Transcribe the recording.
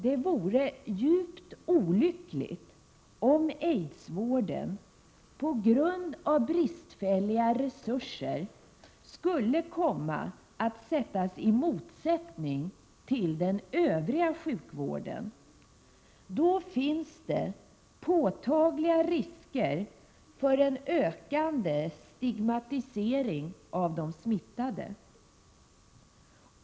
Det vore djupt olyckligt om aids-vården på grund av bristfälliga resurser skulle komma att ställas i motsättning till den övriga sjukvården. Då finns det påtagliga risker för en ökande stigmatisering av de smittade.